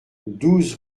douze